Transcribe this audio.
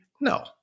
No